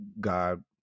God